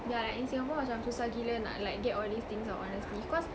yeah like in singapore macam susah gila nak like get all these things ah honestly cause